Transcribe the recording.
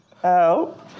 Help